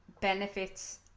benefits